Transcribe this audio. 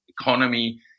economy